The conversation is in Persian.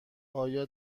آیا